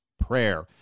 prayer